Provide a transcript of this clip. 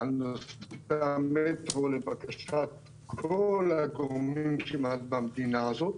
על נושא המטרו לבקשת כל הגורמים שבמדינה הזאת,